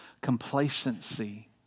complacency